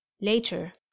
later